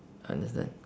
understand